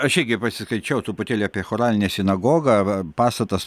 aš irgi pasiskaičiau truputėlį apie choralinę sinagogą va pastatas